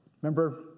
Remember